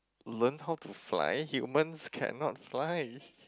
learn to how to fly humans cannot fly